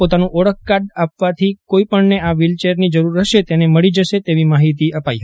પોતાનું ઓળખ કાર્ડ આપવાથી કોઇપણને આ વ્હીલચેરની જરૂર હશે તેને મળી જશે તેવી માહિતી અપાઈ હતી